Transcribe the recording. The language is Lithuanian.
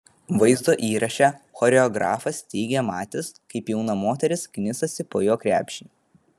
vaizdo įraše choreografas teigė matęs kaip jauna moteris knisasi po jo krepšį